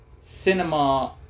cinema